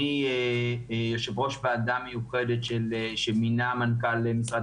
אני יושב-ראש ועדה מיוחדת שמינה מנכ"ל משרד